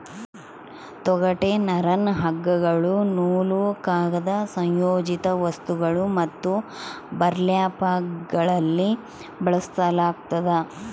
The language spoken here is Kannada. ತೊಗಟೆ ನರನ್ನ ಹಗ್ಗಗಳು ನೂಲು ಕಾಗದ ಸಂಯೋಜಿತ ವಸ್ತುಗಳು ಮತ್ತು ಬರ್ಲ್ಯಾಪ್ಗಳಲ್ಲಿ ಬಳಸಲಾಗ್ತದ